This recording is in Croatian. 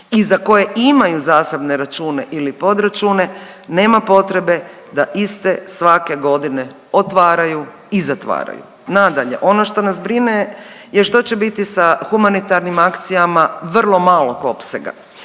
za koje imaju zasebne račune ili podračune nema potrebe da iste svake godine otvaraju i zatvaraju. Nadalje, ono što nas brine je što će biti sa humanitarnim akcijama vrlo malog opsega?